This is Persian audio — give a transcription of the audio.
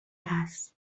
است